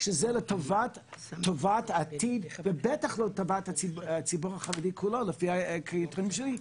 שזה לטובת העתיד ובטח לא לטובת הציבור החרדי כולו לפי הקריטריונים שלי,